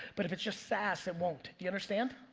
but if it's just sass, it won't. you understand?